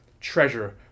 treasure